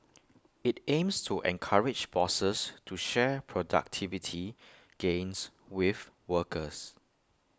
IT aims to encourage bosses to share productivity gains with workers